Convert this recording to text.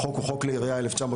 והחוק הוא "חוק כלי ירייה 1949",